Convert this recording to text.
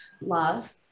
love